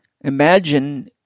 imagine